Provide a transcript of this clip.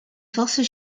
forces